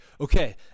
okay